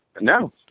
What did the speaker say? No